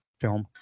film